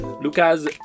Lucas